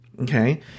Okay